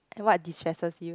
what distresses you